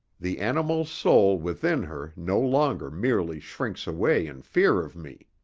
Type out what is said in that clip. the animal's soul within her no longer merely shrinks away in fear of me.